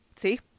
See